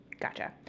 Gotcha